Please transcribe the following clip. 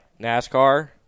NASCAR